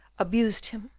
abused him,